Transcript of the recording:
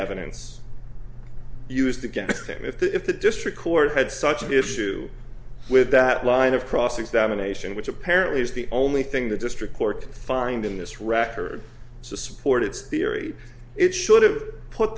evidence used against him if the if the district court had such an issue with that line of cross examination which apparently is the only thing the district court find in this record to support its theory it should have put